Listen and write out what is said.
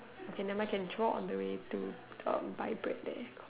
okay nevermind can draw on the way to uh buy bread there